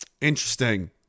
interesting